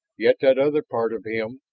yet that other part of him.